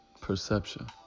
perception